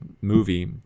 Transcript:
movie